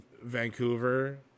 Vancouver